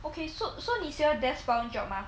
okay so so 你喜欢 desk bound job mah